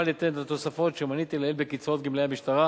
ליתן את התוספות שמניתי לעיל בקצבאות גמלאי המשטרה